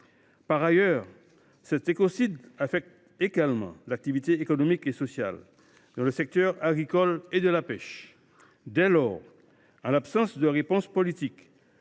Par ailleurs, cet écocide affecte également l’activité économique et sociale dans le secteur agricole et de la pêche. Dès lors, en l’absence de réponse politique,